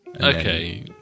Okay